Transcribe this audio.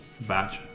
batch